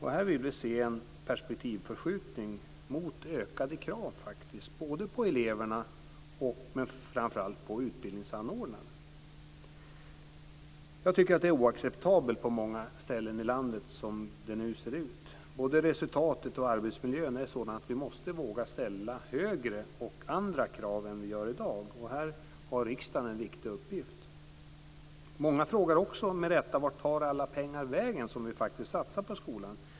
Här vill vi se en perspektivförskjutning mot ökade krav både på eleverna och - framför allt - på utbildningsanordnarna. Jag tycker att det är oacceptabelt som det nu ser ut på många ställen i landet. Både resultatet och arbetsmiljön är sådana att vi måste våga ställa högre krav, och andra krav, än vi gör i dag. Här har riksdagen en viktig uppgift. Många frågar också med rätta: Vart tar alla pengar vägen som vi faktiskt satsar på skolan?